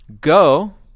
Go